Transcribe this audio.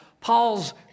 Paul's